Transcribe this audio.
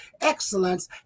excellence